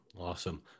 Awesome